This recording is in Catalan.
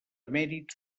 mèrits